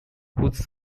whose